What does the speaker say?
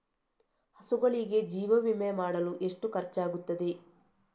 ಹಸುಗಳಿಗೆ ಜೀವ ವಿಮೆ ಮಾಡಲು ಎಷ್ಟು ಖರ್ಚಾಗುತ್ತದೆ?